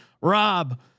Rob